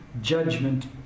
judgment